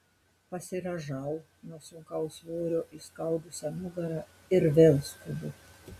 pasirąžau nuo sunkaus svorio įskaudusią nugarą ir vėl skubu